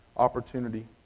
opportunity